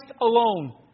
alone